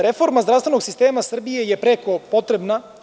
Reforma zdravstvenog sistema Srbije je preko potrebna.